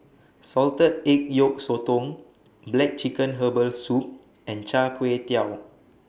Salted Egg Yolk Sotong Black Chicken Herbal Soup and Char Kway Teow